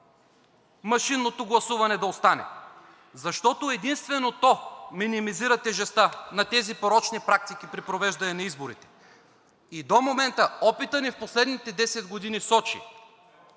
машинното гласуване да остане. Защото единствено то минимизира тежестта на тези порочни практики при провеждане на изборите. И до момента опитът ни в последните 10 години сочи,